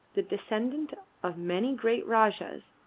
the descendant of many great rajahs,